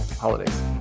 holidays